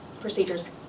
procedures